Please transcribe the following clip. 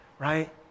Right